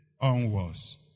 onwards